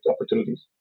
opportunities